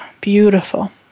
beautiful